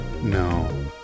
No